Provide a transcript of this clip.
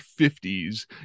50s